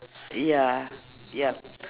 ya yup